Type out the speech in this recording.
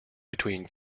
between